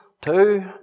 two